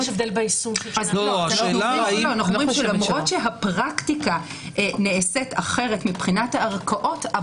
למרות שהפרקטיקה נעשית אחרת מבחינת הערכאות,